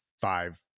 five